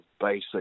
basic